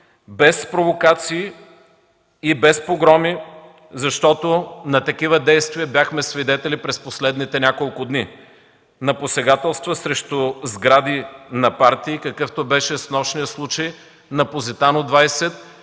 без провокации и без погроми, защото на такива действия бяхме свидетели през последните няколко дни – на посегателства срещу сгради на партии, какъвто беше снощния случай на „Позитано” 20,